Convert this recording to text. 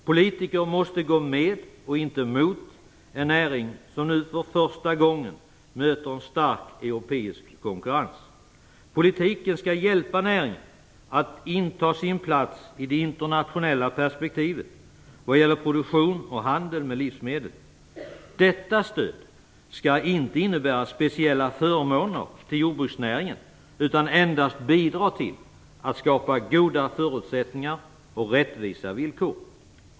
Politiker måste gå med och inte mot en näring som nu för första gången möter stark europeisk konkurrens. Politiken skall hjälpa näringen att inta sin plats i det internationella perspektivet vad gäller produktion och handel med livsmedel. Detta stöd skall inte innebära speciella förmåner för jordbruksnäringen utan skall endast bidra till att skapa goda förutsättningar och rättvisa villkor.